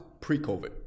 pre-COVID